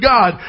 God